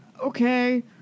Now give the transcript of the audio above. Okay